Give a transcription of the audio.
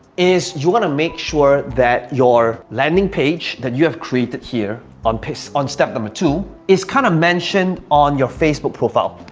is you want to make sure that your landing page that you have created here on paste on step number two is kind of mentioned on your facebook profile.